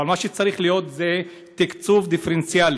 אבל מה שצריך להיות זה תקצוב דיפרנציאלי,